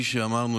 שאמרנו,